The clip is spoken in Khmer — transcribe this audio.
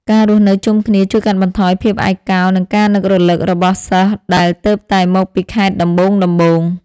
ការរស់នៅជុំគ្នាជួយកាត់បន្ថយភាពឯកោនិងការនឹករលឹករបស់សិស្សដែលទើបតែមកពីខេត្តដំបូងៗ។